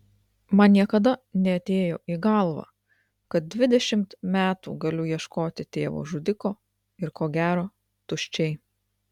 man niekada neatėjo į galvą kad dvidešimt metų galiu ieškoti tėvo žudiko ir ko gero tuščiai